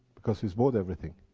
because he has bought everything,